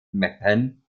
meppen